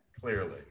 Clearly